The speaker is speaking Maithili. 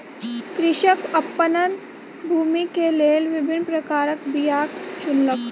कृषक अपन भूमिक लेल विभिन्न प्रकारक बीयाक चुनलक